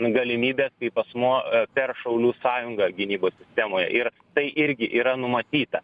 galimybes kaip asmuo per šaulių sąjungą gynybos sistemoje ir tai irgi yra numatyta